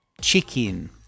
Chicken